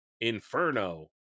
Inferno